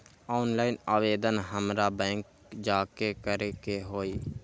Online आवेदन हमरा bank जाके करे के होई?